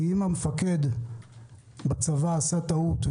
אם המפקד בצבא עשה טעות,